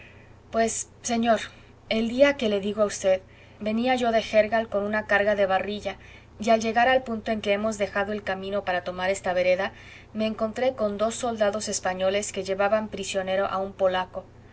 pues señor el día que le digo a usted venía yo de gérgal con una carga de barrilla y al llegar al punto en que hemos dejado el camino para tomar esta vereda me encontré con dos soldados españoles que llevaban prisionero a un polaco